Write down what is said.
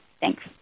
Thanks